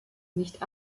nicht